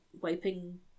wiping